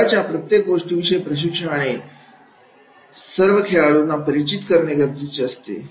खेळाच्या प्रत्येक गोष्टीविषयीं प्रशिक्षकाने सर्व खेळाडूंना परिचित करणे खूप गरजेचे असते